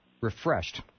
refreshed